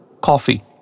coffee